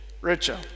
richer